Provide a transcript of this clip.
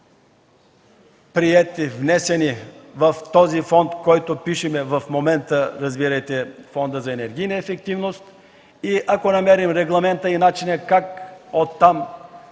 приети, внесени в този фонд, който пишем в момента, разбирайте Фонда за енергийна ефективност и ако намерим регламента и начина как оттам